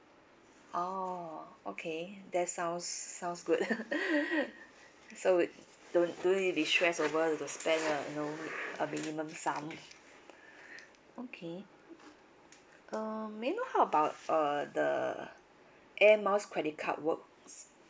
oh okay that sounds sounds good so we don't don't need to be stressed over to spend a you know a minimum sum okay um may I know how about uh the air miles credit card works